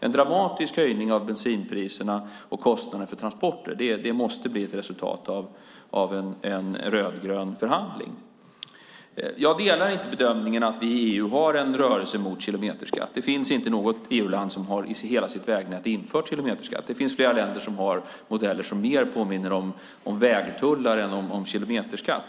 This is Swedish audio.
En dramatisk höjning av bensinpriserna och kostnaden för transporter måste bli ett resultat av en rödgrön förhandling. Jag delar inte bedömningen att vi i EU har en rörelse mot kilometerskatt. Det finns inte något EU-land som har infört kilometerskatt i hela sitt vägnät. Det finns flera länder som har modeller som mer påminner om vägtullar än om kilometerskatt.